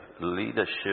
leadership